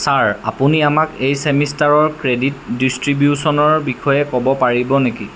sir আপুনি আমাক এই ছেমিষ্টাৰৰ ক্ৰেডিট ডিষ্ট্ৰিবিউশ্যনৰ বিষয়ে ক'ব পাৰিব নেকি